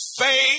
Faith